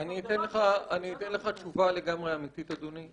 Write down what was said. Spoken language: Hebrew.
אני אתן לך תשובה לגמרי אמיתית, אדוני.